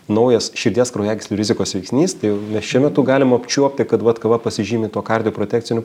naujas širdies kraujagyslių rizikos veiksnys tai jau šiuo metu galim apčiuopti kad vat kava pasižymi tuo kardio protekciniu